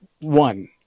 one